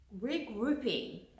regrouping